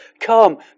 Come